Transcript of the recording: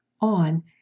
on